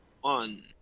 one